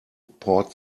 port